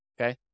okay